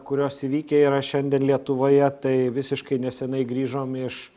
kurios įvykę yra šiandien lietuvoje tai visiškai nesenai grįžom iš